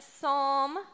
Psalm